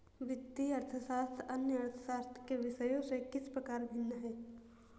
वित्तीय अर्थशास्त्र अन्य अर्थशास्त्र के विषयों से किस प्रकार भिन्न है?